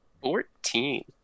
Fourteen